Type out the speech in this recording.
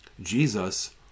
Jesus